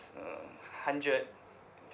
uh hundred